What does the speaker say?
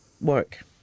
work